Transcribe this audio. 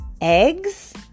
eggs